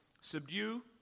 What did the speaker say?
subdue